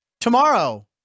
Tomorrow